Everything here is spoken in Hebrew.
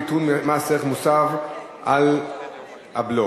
ביטול מס ערך מוסף על הבלו),